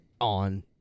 on